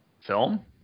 Film